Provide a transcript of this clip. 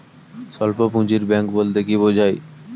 স্বল্প পুঁজির ব্যাঙ্ক বলতে কি বোঝায়?